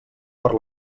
per